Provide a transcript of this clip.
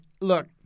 look